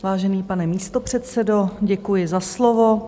Vážený pane místopředsedo, děkuji za slovo.